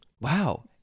Wow